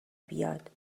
بیاد